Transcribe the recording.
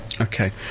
Okay